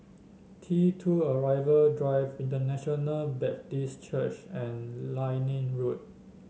T two Arrival Drive International Baptist Church and Liane Road